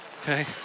Okay